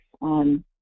on